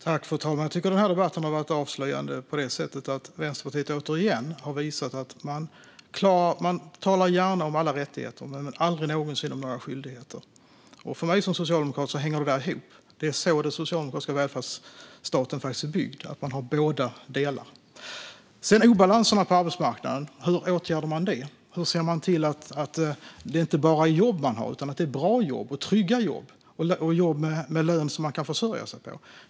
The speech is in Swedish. Fru talman! Jag tycker att den här debatten har varit avslöjande på det sättet att Vänsterpartiet återigen har visat att man gärna talar om alla rättigheter men aldrig någonsin om några skyldigheter. För mig som socialdemokrat hänger det ihop. Det är faktiskt så den socialdemokratiska välfärdsstaten är uppbyggd. Man har båda delar. Obalanserna på arbetsmarknaden, hur åtgärdar man dem? Hur ser man till att det inte bara finns jobb utan bra jobb, trygga jobb och jobb med lön som det går att försörja sig på?